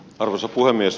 arvoisa puhemies